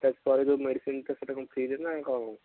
discharge ପରେ ଯେଉଁ ମେଡ଼ିସିନଟା ସେଇଟା କ'ଣ ଫ୍ରିରେ ନା କ'ଣ